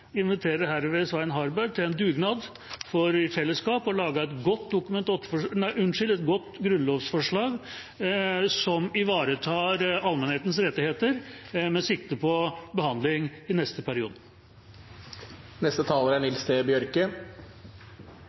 inviterer herved Svein Harberg til en dugnad for i fellesskap å lage et godt grunnlovsforslag, som ivaretar allmennhetens rettigheter, med sikte på behandling i neste periode. Som sagt før: Senterpartiet er